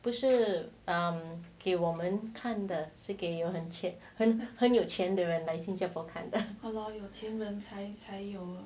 不是 um 给我们看的是给有很很很有钱的人来新加坡看的